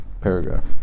paragraph